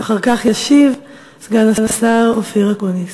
אחר כך ישיב סגן השר אופיר אקוניס,